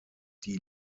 die